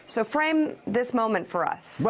so frame this moment for us.